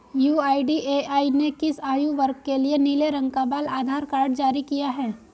UIDAI ने किस आयु वर्ग के लिए नीले रंग का बाल आधार कार्ड जारी किया है?